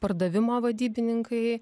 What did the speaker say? pardavimo vadybininkai